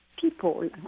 people